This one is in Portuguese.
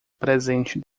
presente